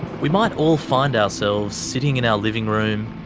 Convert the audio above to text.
we might all find ourselves sitting in our living room,